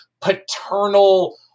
paternal